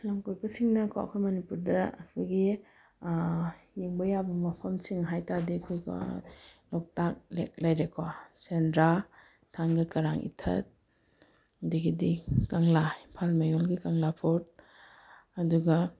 ꯂꯝ ꯀꯣꯏꯕꯁꯤꯡꯅꯀꯣ ꯑꯩꯈꯣꯏ ꯃꯅꯤꯄꯨꯔꯗ ꯑꯩꯈꯣꯏꯒꯤ ꯌꯦꯡꯕ ꯌꯥꯕ ꯃꯐꯝꯁꯤꯡ ꯍꯥꯏꯇꯥꯔꯗꯤ ꯑꯩꯈꯣꯏꯒ ꯂꯣꯛꯇꯥꯛ ꯂꯦꯛ ꯂꯩꯔꯦꯀꯣ ꯁꯦꯟꯗ꯭ꯔꯥ ꯊꯥꯡꯒ ꯀꯔꯥꯡ ꯏꯊꯠ ꯑꯗꯒꯤꯗꯤ ꯀꯪꯂꯥ ꯏꯝꯐꯥꯜ ꯃꯌꯣꯜꯒꯤ ꯀꯪꯂꯥ ꯐꯣꯠ ꯑꯗꯨꯒ